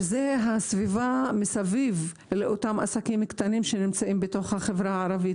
והיא הסביבה מסביב לאותם עסקים קטנים בחברה הערבית.